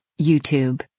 YouTube